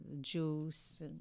juice